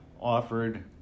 offered